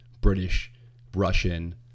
British-Russian